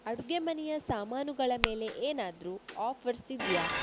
ಅಡುಗೆಮನೆಯ ಸಾಮಾನುಗಳ ಮೇಲೆ ಏನಾದರು ಆಫರ್ಸ್ ಇದೆಯಾ